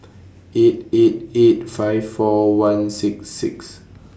eight eight eight five four one six six